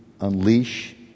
unleash